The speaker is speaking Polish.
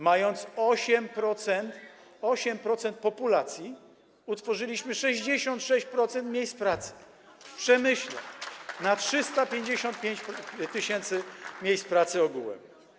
Mając 8% populacji, utworzyliśmy 66% miejsc pracy w przemyśle na 355 tys. miejsc pracy ogółem.